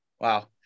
wow